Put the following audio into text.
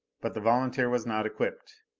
but the volunteer was not equipped.